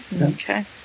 Okay